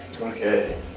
Okay